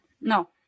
no